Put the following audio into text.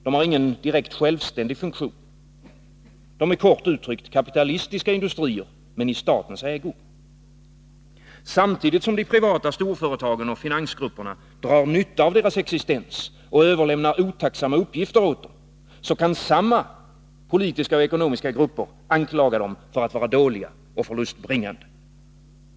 De har ingen direkt självständig funktion. De är kort uttryckt kapitalistiska industrier men i statens ägo. Samtidigt som de privata storföretagen och finansgrupperna drar nytta av deras existens, och överlämnar otacksamma uppgifter åt dem, kan samma politiska och ekonomiska grupper anklaga dem för att vara dåliga och förlustbringande.